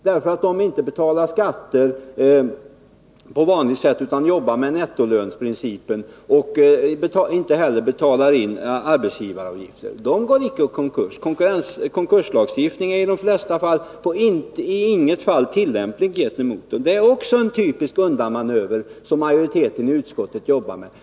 De betalar ju inte skatter på vanligt sätt utan arbetar enligt nettolöneprincipen och betalar inte heller in arbetsgivaravgifter. De går inte i konkurs. Konkurslagstiftningen är i de flesta fall på intet sätt tillämplig gentemot dem. Också här är det fråga om en typisk undanmanöver från utskottsmajoriteten.